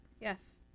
Yes